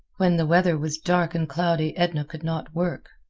when the weather was dark and cloudy edna could not work.